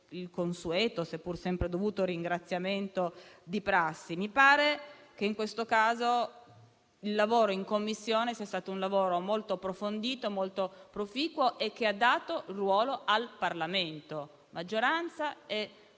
il consueto - seppur sempre dovuto - ringraziamento di prassi. Mi pare che in questo caso il lavoro in Commissione sia stato molto approfondito e proficuo, e ha dato un ruolo al Parlamento, maggioranza e opposizione,